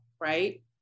Right